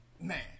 Man